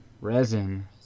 resin